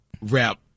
rap